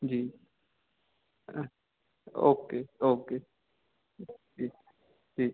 जी हाँ okay okay जी जी